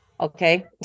Okay